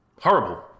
Horrible